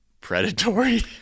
predatory